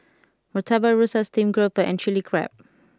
Murtabak Rusa Steamed Grouper and Chili Crab